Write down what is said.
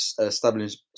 establishing